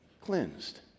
cleansed